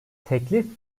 teklif